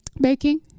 Baking